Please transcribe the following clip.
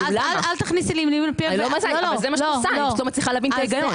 אני פשוט לא מצליחה להבין את ההיגיון.